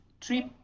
trip